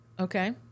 Okay